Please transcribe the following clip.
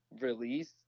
release